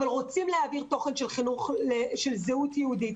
אבל רוצים להעביר תוכן של זהות יהודית.